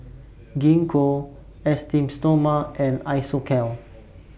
Gingko Esteem Stoma and Isocal